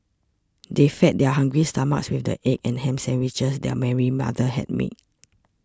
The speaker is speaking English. they fed their hungry stomachs with the egg and ham sandwiches that Mary's mother had made